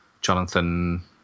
Jonathan